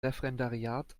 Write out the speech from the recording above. referendariat